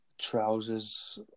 trousers